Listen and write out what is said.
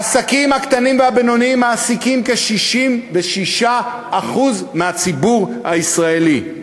העסקים הקטנים והבינוניים מעסיקים כ-66% מהציבור הישראלי.